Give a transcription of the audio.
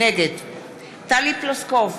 נגד טלי פלוסקוב,